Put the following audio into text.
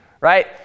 right